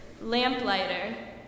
lamplighter